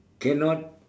cannot